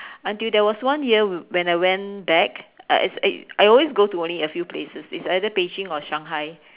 until there was one year when when I went back as I you I always go to only a few places is either Beijing or Shanghai